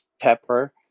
Pepper